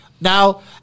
Now